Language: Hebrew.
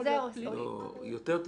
לכן אמרתי, שוטר.